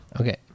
Okay